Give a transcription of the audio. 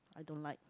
I don't like